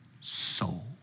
soul